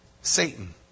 Satan